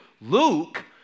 Luke